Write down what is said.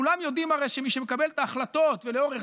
הרי כולם יודעים שמי שמקבל את ההחלטות ושלאורך